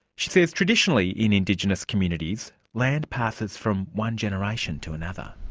she says traditionally, in indigenous communities, land passes from one generation to another.